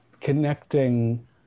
connecting